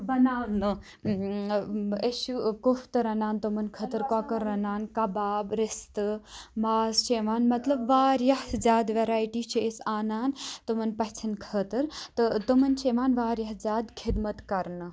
بَناونہٕ أسۍ چھِ کُفتہٕ رَنان تِمَن خٲطرٕ کۄکَر رَنان کَباب رِستہٕ ماز چھِ یِوان مطلب واریاہ زیادٕ ویٚرایٹی چھِ أسۍ انان تِمَن پَژھیٚن خٲطر تہٕ تِمَن چھِ اِوان واریاہ زیادٕ خدمَت کَرنہٕ